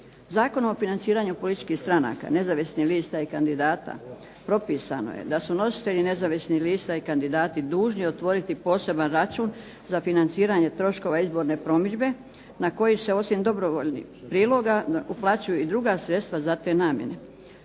Zakonom o financiranju političkih stranaka, nezavisnih lista i kandidata propisano je da su nositelji nezavisnih lista i kandidati dužni otvoriti poseban račun za financiranje troškova izborne promidžbe na koji se osim dobrovoljnih priloga uplaćuju i druga sredstva za te namjene.